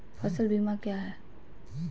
फ़सल बीमा क्या है?